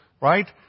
right